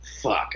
fuck